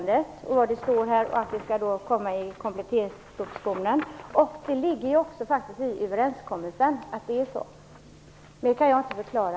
Det står här att det skall komma i kompletteringspropositionen, och det ligger faktiskt också i överenskommelsen att det är så. Mer kan jag inte förklara.